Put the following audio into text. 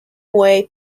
way